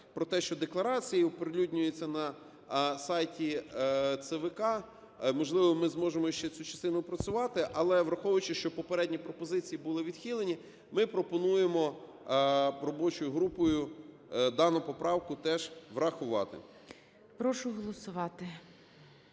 про те, що декларації оприлюднюються на сайті ЦВК. Можливо, ми зможемо ще цю частину опрацювати. Але враховуючи, що попередні пропозиції були відхилені, ми пропонуємо робочою групою дану поправку теж врахувати.